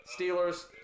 Steelers